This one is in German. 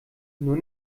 nur